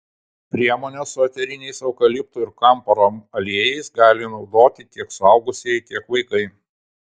priemonę su eteriniais eukaliptų ir kamparo aliejais gali naudoti tiek suaugusieji tiek vaikai